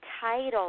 title